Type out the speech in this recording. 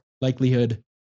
likelihood